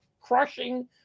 crushing